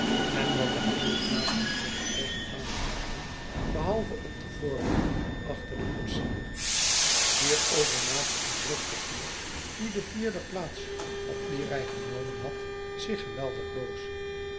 en dat er geene plaatsen voor de twee gevangenen waren behalve op de voorba'nk achter den koetsier hierover maakte een driftig heer die de vierde plaats op die rij genomen had zich geweldig boos